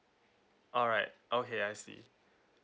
alright okay I see